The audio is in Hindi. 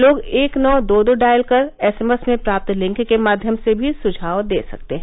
लोग एक नौ दो दो डायल कर एसएमएस में प्राप्ते लिंक के माध्यम से भी सुझाव दे सकते हैं